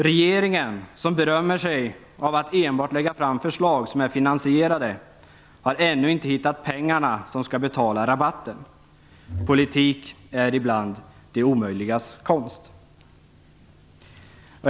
Regeringen, som berömmer sig av att enbart lägga fram förslag som är finansierade, har ännu inte hittat pengarna som ska betala rabatten. Politik är ibland det omöjligas konst."